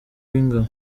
w’ingabo